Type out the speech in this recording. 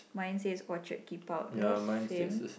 mine says orchard keep out yours same